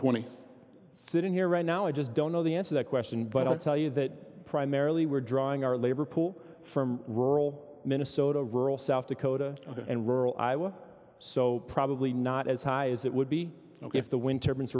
twenty that in here right now i just don't know the answer that question but i'll tell you that primarily we're drawing our labor pool from rural minnesota rural south dakota and rural iowa so probably not as high as it would be if the winter mon